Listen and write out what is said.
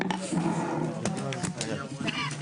הישיבה ננעלה בשעה 11:27.